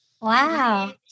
wow